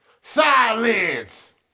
Silence